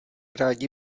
rádi